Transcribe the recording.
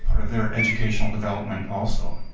sort of their educational development, also.